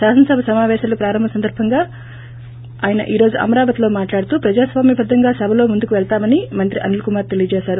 శాసనసభ సమాపేశాలు ప్రారంభం సందర్బంగా ఆయన ఈ రోజు అమరావతి లో మాట్లాడుతూ ప్రజాస్వామ్యబద్ధంగా సభలో ముందుకు పెళతామని మంత్రి అనిల్ కుమార్ తెలిపారు